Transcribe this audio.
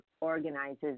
organizes